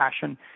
passion